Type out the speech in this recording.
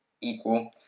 equal